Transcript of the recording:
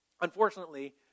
Unfortunately